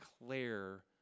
declare